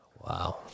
Wow